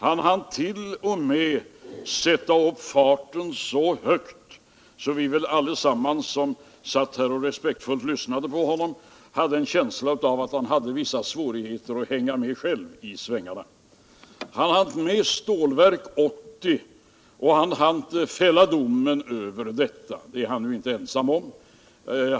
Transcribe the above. Han hann t.o.m. sätta upp farten så högt att vi väl alla som respektfullt lyssnade på honom hade en känsla av att han hade vissa svårigheter att själv hänga med i svängarna. Han hann med Stålverk 80, och han hann fälla domen över detta. Det är han inte ensam om.